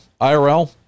IRL